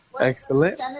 Excellent